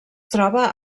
troba